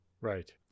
Right